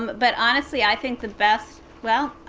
but, honestly, i think the best well,